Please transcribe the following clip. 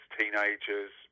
teenagers